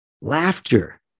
Laughter